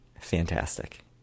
fantastic